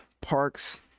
parks